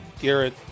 Garrett